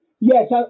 Yes